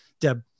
Deb